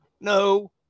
No